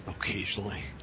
Occasionally